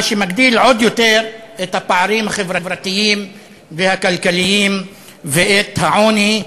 מה שמגדיל עוד יותר את הפערים החברתיים והכלכליים ואת העוני,